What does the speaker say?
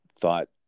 thought